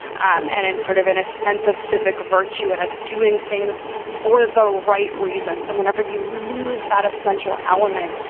um and in sort of in a sense of civic virtue and of doing things for the right reasons. and whenever you lose that essential element,